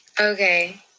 Okay